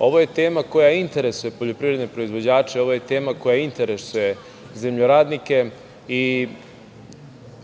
u pravu, koja interesuje poljoprivredne proizvođače, ovo je tema koja interesuje zemljoradnike i